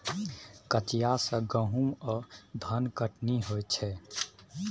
कचिया सँ गहुम आ धनकटनी होइ छै